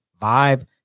vibe